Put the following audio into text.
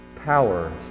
power